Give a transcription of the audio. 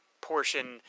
portion